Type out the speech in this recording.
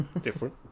Different